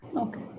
Okay